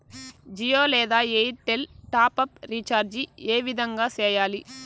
జియో లేదా Airtel top up recharge ఏ విధంగా సేయాలి